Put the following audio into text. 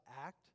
act